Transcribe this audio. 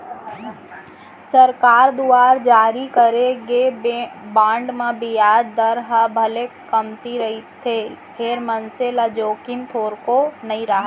सरकार दुवार जारी करे गे बांड म बियाज दर ह भले कमती रहिथे फेर मनसे ल जोखिम थोरको नइ राहय